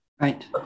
Right